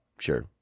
Sure